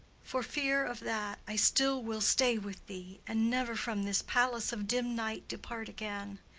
for fear of that i still will stay with thee and never from this palace of dim night depart again.